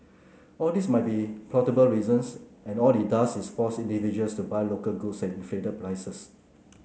all these might be probable reasons and all it does is force individuals to buy local goods at inflated prices